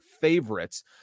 favorites